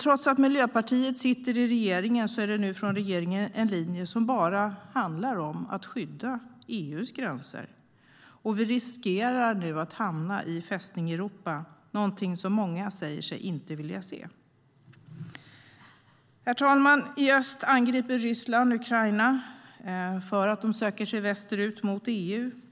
Trots att Miljöpartiet sitter i regeringen är det nu från regeringen en linje som bara handlar om att skydda EU:s gränser. Vi riskerar att hamna i "Fästning Europa" - det är någonting som många säger sig inte vilja se. Herr talman! I öst angriper Ryssland Ukraina för att man söker sig västerut mot EU.